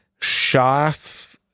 shaf